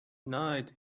night